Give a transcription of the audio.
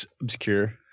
obscure